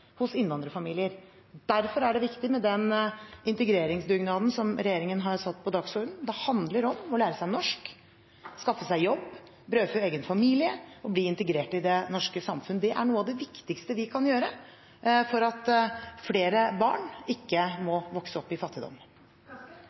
innvandrerfamilier. Derfor er det viktig med den integreringsdugnaden som regjeringen har satt på dagsordenen. Det handler om å lære seg norsk, skaffe seg jobb, brødfø egen familie og bli integrert i det norske samfunnet. Det er noe av det viktigste vi kan gjøre for at ikke flere barn må vokse opp i fattigdom.